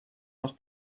noch